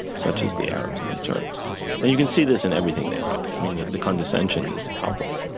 such as the arabs and the turks and you can see this in everything they write. i mean, the the condescension is palpable.